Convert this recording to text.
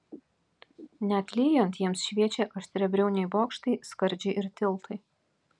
net lyjant jiems šviečia aštriabriauniai bokštai skardžiai ir tiltai